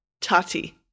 Tati